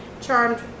charmed